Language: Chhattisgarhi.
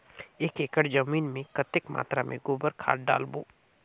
एक एकड़ जमीन मे कतेक मात्रा मे गोबर खाद डालबो?